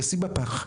אשים בפח.